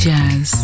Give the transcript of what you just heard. Jazz